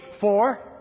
Four